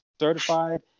certified